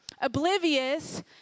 oblivious